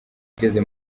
igeze